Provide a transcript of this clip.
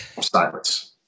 Silence